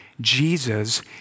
Jesus